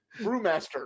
Brewmaster